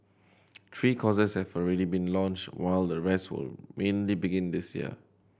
three courses have already been launched while the rest will mainly begin this year